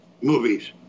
movies